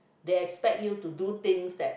they expect you to do things that